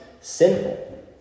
sinful